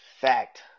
fact